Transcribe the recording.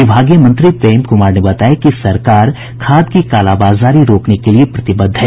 विभागीय मंत्री प्रेम कुमार ने बताया कि सरकार खाद की कालाबाजारी रोकने के लिए प्रतिबद्ध है